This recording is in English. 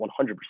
100